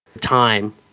time